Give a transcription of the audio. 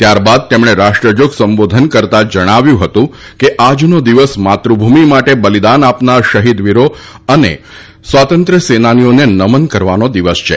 ત્યારબાદ તેમણે રાષ્ટ્રજોગ સંબોધન કરતાં જણાવ્યું હતું કે આજનો દિવસ માતૃભુમિ માટે બલિદાન આપનાર શહિદવીરો અને સ્વાતંત્ય સેનાનીઓને નમન કરવાનો દિવસ છે